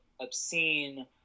obscene